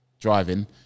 driving